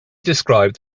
described